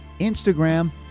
Instagram